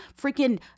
freaking